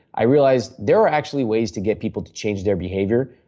i realized there are actually ways to get people to change their behavior,